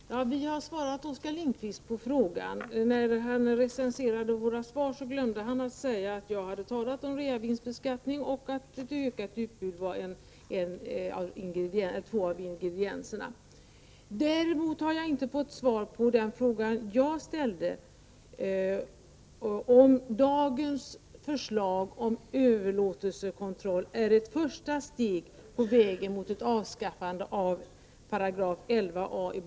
Fru talman! Vi har svarat Oskar Lindkvist på hans fråga. När han recenserade våra svar glömde han säga att jag hade talat om att reavinstbeskattning och ett ökat utbud var två av ingredienserna. Däremot har jag inte fått svar på den fråga som jag ställde, om dagens förslag till överlåtelsekontroll är ett första steg på vägen mot ett avskaffande av 11 a §i bostadsrättslagen.